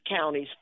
counties